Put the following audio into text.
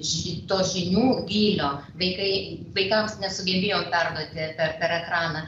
to žinių gylio vaikai vaikams nesugebėjo perduoti per per ekraną